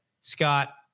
Scott